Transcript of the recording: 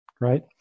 right